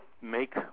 make